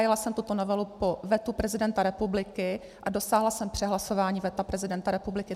Hájila jsem tuto novelu po vetu prezidenta republiky a dosáhla jsem přehlasování veta prezidenta republiky.